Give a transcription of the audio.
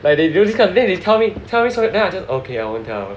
like they do this kind of then they tell me tell me so it then I just s~ oh ok I won't tell